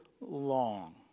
long